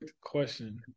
question